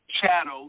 shadow